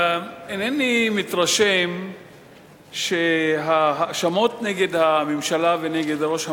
אינני מתרשם שההאשמות נגד הממשלה ונגד ראש הממשלה,